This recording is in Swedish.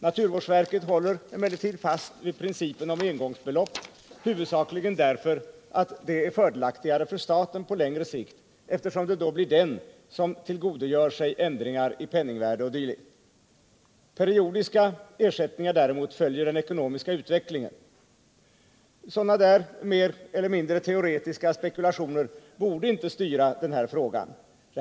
Naturvårdsverket håller emellertid fast vid principen om engångsbelopp, huvudsakligen därför att detta är fördelaktigare för staten på längre sikt, eftersom det då blir den som tillgodogör sig ändringar i penningvärde 0. d. Periodiska ersättningar däremot följer den ekonomiska utvecklingen. Sådana mer eller mindre teoretiska spekulationer borde inte styra den här frågan.